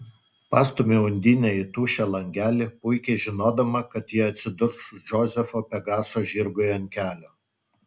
pastumiu undinę į tuščią langelį puikiai žinodama kad ji atsidurs džozefo pegaso žirgui ant kelio